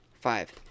Five